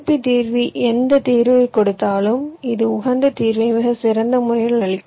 B தீர்வி எந்த தீர்வைக் கொடுத்தாலும் இது உகந்த தீர்வை மிகச் சிறந்த முறையில் அளிக்கும்